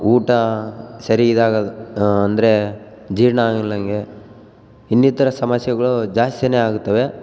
ಊಟ ಸರಿ ಇದಾಗಾದ್ ಅಂದರೆ ಜೀರ್ಣ ಆಗ್ಲಂಗೆ ಇನ್ನಿತರ ಸಮಸ್ಯೆಗಳು ಜಾಸ್ತಿನೇ ಆಗುತ್ತವೆ